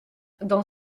dans